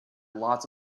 lots